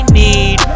need